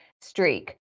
streak